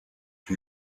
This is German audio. die